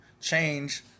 change